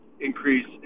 increase